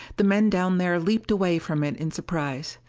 the men down there leaped away from it in surprise.